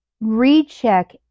Recheck